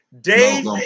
Dave